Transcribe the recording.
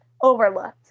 overlooked